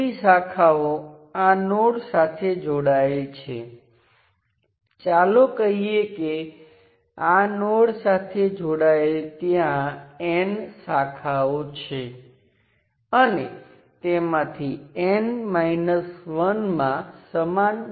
હવે એક અંકુશ એ છે કે નિયંત્રિત સ્ત્રોત આ બ્લોકની અંદરની માત્રાઓ દ્વારા નિયંત્રિત થાય છે ચાલો હું તેને n નિયંત્રિત માત્રા કહું પછી ભલે તે વોલ્ટેજ હોય કે કરંટ તે આ N નેટવર્કની અંદર હોય અને આપણી પાસે બે ટર્મિનલ છે આપણે તેને એક અને બીજો એક પ્રાઈમ કહીએ